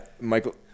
Michael